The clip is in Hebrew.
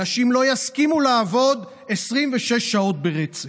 אנשים לא יסכימו לעבוד 26 שעות ברצף.